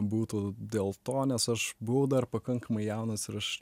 būtų dėl to nes aš buvau dar pakankamai jaunas ir aš